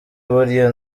buriya